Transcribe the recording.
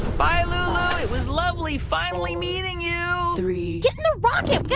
bye, lulu. it was lovely finally meeting you. three. get in the rocket.